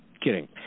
kidding